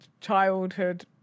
childhood